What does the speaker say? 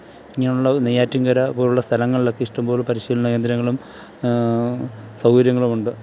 ഇങ്ങനെയുള്ള നെയ്യാറ്റിൻകര പോലെയുള്ള സ്ഥലങ്ങളിലൊക്കെ ഇഷ്ടം പോലെ പരിശീലന കേന്ദ്രങ്ങളും സൗകര്യങ്ങളും ഉണ്ട്